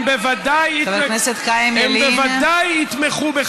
הם בוודאי יתמכו,